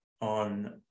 on